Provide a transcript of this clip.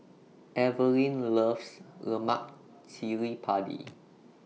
Evelin loves Lemak Cili Padi